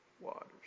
waters